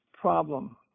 problem